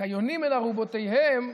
"כיונים אל ארבתיהם",